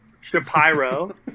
Shapiro